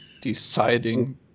Deciding